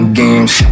games